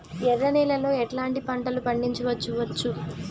ఎర్ర నేలలో ఎట్లాంటి పంట లు పండించవచ్చు వచ్చు?